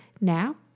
Now